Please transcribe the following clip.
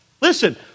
Listen